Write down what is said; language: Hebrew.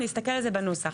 נסתכל על זה בנוסח.